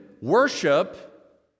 worship